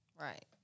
right